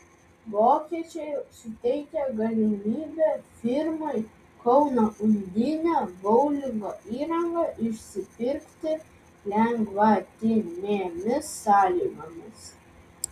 vokiečiai suteikė galimybę firmai kauno undinė boulingo įrangą išsipirkti lengvatinėmis sąlygomis